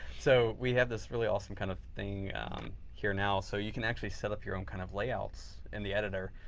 so, we have this really awesome kind of thing here now. so you can actually set up your own kind of layouts in the editor.